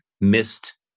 missed